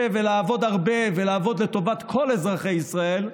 ולעבוד הרבה ולעבוד לטובת כל אזרחי ישראל,